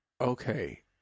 okay